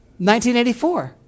1984